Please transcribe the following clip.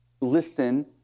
Listen